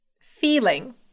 feeling